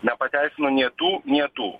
nepateisinu nė tų nė tų